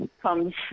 comes